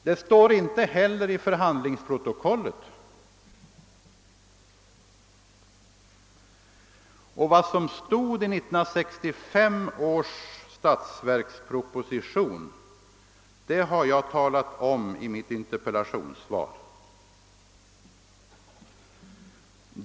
Det står inte heller i förhandlingsprotokollet. Och vad som stod i 1965 års statsverksproposition har jag talat om i mitt interpellationssvar.